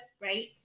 right